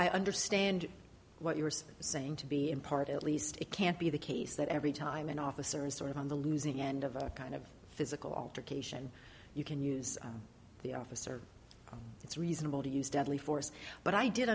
i understand what you're saying to be in part at least it can't be the case that every time an officer is sort of on the losing end of a kind of physical altercation you can use the officer it's reasonable to use deadly force but i did